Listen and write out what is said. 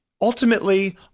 ultimately